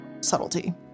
subtlety